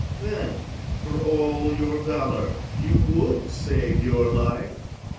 then, for all your valour, you would save your life?